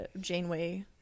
janeway